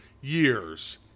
years